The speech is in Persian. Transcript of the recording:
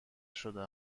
شده